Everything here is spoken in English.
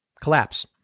collapse